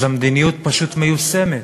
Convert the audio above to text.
אז המדיניות פשוט מיושמת.